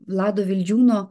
vlado vildžiūno